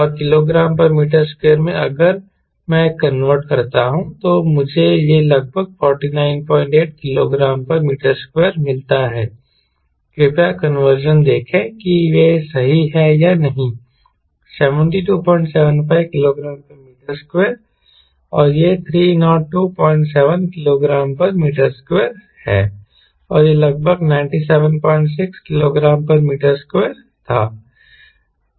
और kgm2 में अगर मैं कन्वर्ट करता हूं तो मुझे यह लगभग 498 kgm2 मिलता है कृपया कन्वर्जन देखें कि वे सही हैं या नहीं 7275 kgm2 और यह 3027 kgm2 है और यह लगभग 976 kgm2 था